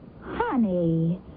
Honey